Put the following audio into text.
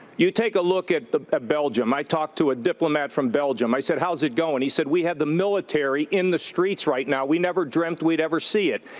you take a look at the at belgium. i talked to a diplomat from belgium. i said, how's it going? he said, we have the military in the streets right now. we never dreamt we'd ever see it.